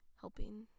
helping